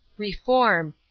reform!